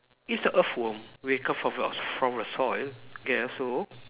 it's a earthworm where it come from from the soil yeah so